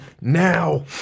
now